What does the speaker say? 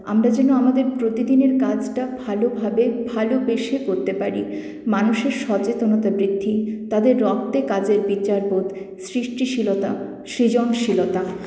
আমরা যেন আমাদের প্রতিদিনের কাজটা ভালোভাবে ভালবেসে করতে পারি মানুষের সচেতনতা বৃদ্ধি তাদের রক্তে কাজের বিচারবোধ সৃষ্টিশীলতা সৃজনশীলতা